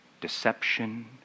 deception